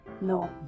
No